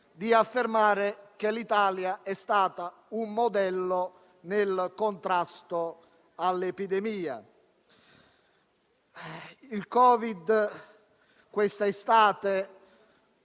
di affermare che l'Italia sia stata un modello nel contrasto all'epidemia. Quest'estate